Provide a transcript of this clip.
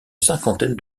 cinquantaine